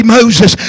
Moses